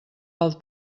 pel